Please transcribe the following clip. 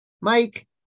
Mike